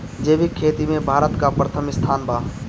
जैविक खेती में भारत का प्रथम स्थान बा